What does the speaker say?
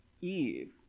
Eve